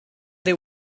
they